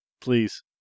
Please